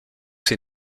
ses